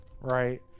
right